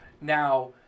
Now